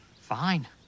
fine